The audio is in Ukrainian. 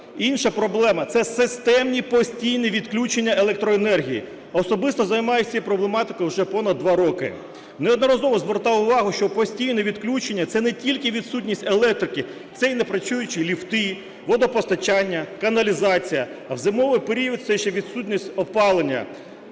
Інша проблема – це системні постійні відключення електроенергії. Особисто займаюсь цією проблематикою вже понад 2 роки. Неодноразово звертав увагу, що постійне відключення - це не тільки відсутність електрики, це і непрацюючі ліфти, водопостачання, каналізація, а в зимовий період це ще відсутність опалення.